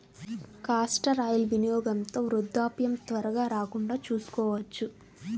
castor oil వినియోగంతో వృద్ధాప్యం త్వరగా రాకుండా చూసుకోవచ్చు